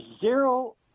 zero